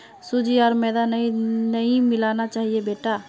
सूजी आर मैदा नई मिलाना चाहिए बेटा